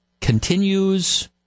continues